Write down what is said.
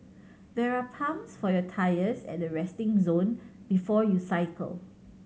there are pumps for your tyres at the resting zone before you cycle